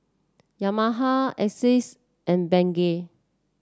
Yamaha Asus and Bengay